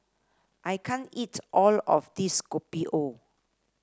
I can't eat all of this Kopi O